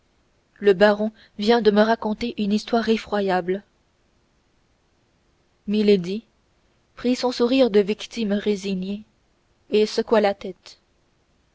le baron vient de me raconter une histoire effroyable milady prit son sourire de victime résignée et secoua la tête